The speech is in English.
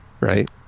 right